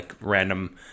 random